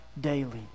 daily